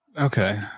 Okay